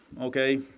okay